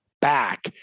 back